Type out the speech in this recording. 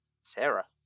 Sarah